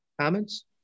comments